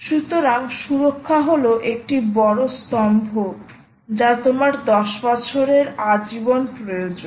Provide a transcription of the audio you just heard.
সুতরাং সুরক্ষা হল একটি বড় স্তম্ভ এবং দশ বছরের জীবনকালের জন্য প্রয়োজন